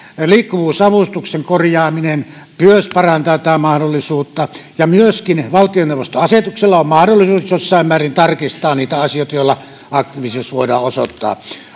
liikkuvuusavustuksen korjaaminen myös parantaa tätä mahdollisuutta ja myöskin valtioneuvoston asetuksella on mahdollisuus jossain määrin tarkistaa niitä asioita joilla aktiivisuus voidaan osoittaa